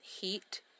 Heat